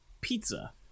pizza